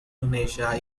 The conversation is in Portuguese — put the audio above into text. planejar